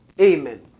Amen